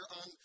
on